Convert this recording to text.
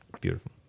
Beautiful